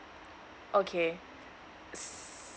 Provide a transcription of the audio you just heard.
okay